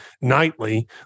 nightly